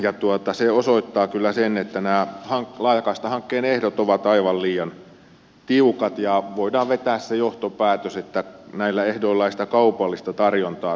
ja se osoittaa kyllä sen että nämä laajakaistahankkeen ehdot ovat aivan liian tiukat ja voidaan vetää se johtopäätös että näillä ehdoilla ei sitä kaupallista tarjontaa tule